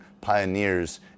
pioneers